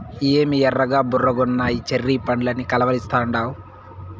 ఏమి ఎర్రగా బుర్రగున్నయ్యి చెర్రీ పండ్లని కలవరిస్తాండావు